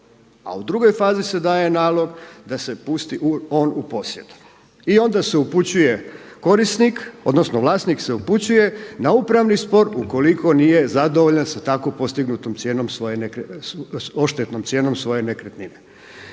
A u drugoj fazi se daje nalog da se pusti on u posjed. I onda se upućuje korisnik odnosno vlasnik se upućuje na upravni spor ukoliko nije zadovoljan sa tako postignutom odštetnom cijenom svoje nekretnine.